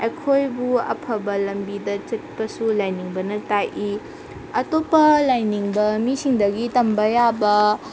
ꯑꯩꯈꯣꯏꯕꯨ ꯑꯐꯕ ꯂꯝꯕꯤꯗ ꯆꯠꯄꯁꯨ ꯂꯥꯏꯅꯤꯡꯕꯅ ꯇꯥꯛꯏ ꯑꯇꯣꯞꯄ ꯂꯥꯏꯅꯤꯡꯕ ꯃꯤꯁꯤꯡꯗꯒꯤ ꯇꯝꯕ ꯌꯥꯕ